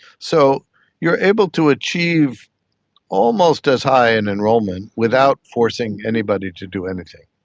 so you are able to achieve almost as high an enrolment without forcing anybody to do anything.